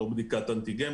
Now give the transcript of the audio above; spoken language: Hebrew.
לא בדיקת אנטיגן.